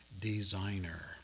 designer